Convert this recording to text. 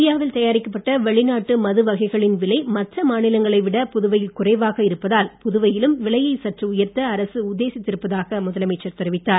India வில் தயாரிக்கப்பட்ட வெளிநாட்டு மது வகைகளின் விலை மற்ற மாநிலங்களை விட புதுவையில் குறைவாக இருப்பதால் புதுவையிலும் விலையை சற்று உயர்த்த அரசு உத்தேசித்திருப்பதாக முதலமைச்சர் தெரிவித்தார்